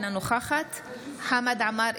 אינה נוכחת חמד עמאר,